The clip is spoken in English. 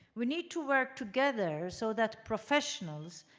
we need to work together so that professionals,